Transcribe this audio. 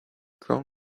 grown